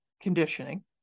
conditioning